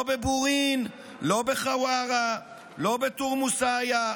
לא בבורין, לא בחווארה, לא בתורמוס עיא,